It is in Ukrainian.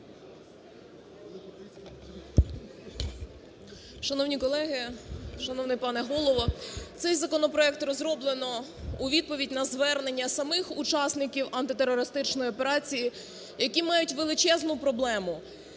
Шановні колеги, шановний пане Голово, цей законопроект розроблено у відповідь на звернення самих учасників антитерористичної операції, які мають величезну проблему.